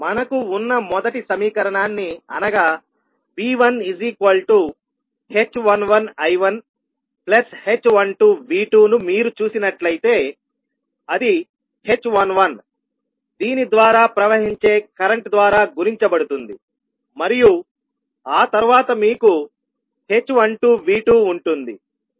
మనకు ఉన్న మొదటి సమీకరణాన్ని అనగా V1h11I1h12V2 ను మీరు చూసినట్లయితే అది h11 దీని ద్వారా ప్రవహించే కరెంట్ ద్వారా గుణించబడుతుంది మరియు ఆ తర్వాత మీకు h12V2ఉంటుంది